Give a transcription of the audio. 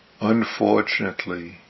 Unfortunately